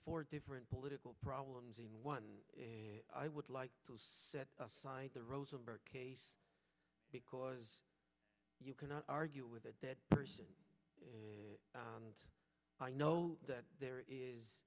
four different political problems in one i would like to set aside the rosenberg case because you cannot argue with that person and i know that there is